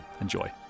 Enjoy